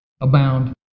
Abound